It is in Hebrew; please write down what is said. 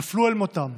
נפלו אל מותם.